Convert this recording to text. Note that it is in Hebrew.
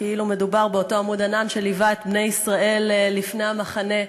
כאילו מדובר באותו עמוד ענן שילווה את בני ישראל לפני המחנה,